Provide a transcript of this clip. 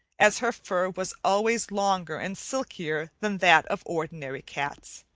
as her fur was always longer and silkier than that of ordinary cats.